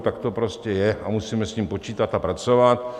Tak to prostě je a musíme s tím počítat a pracovat.